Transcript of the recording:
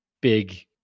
big